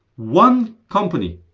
one company!